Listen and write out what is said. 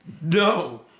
no